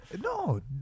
no